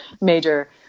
major